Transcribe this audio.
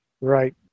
Right